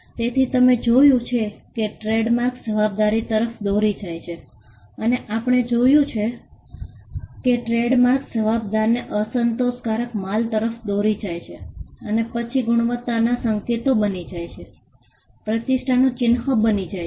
તેથી તમે જોયું છે કે ટ્રેડમાર્ક્સ જવાબદારી તરફ દોરી જાય છે અને આપણે જોયું છે કે ટ્રેડમાર્ક્સ જવાબદારીને અસંતોષકારક માલ તરફ દોરી જાય છે અને પછી ગુણવત્તાના સંકેતો બની જાય છે પ્રતિષ્ઠાનું ચિહ્ન બની જાય છે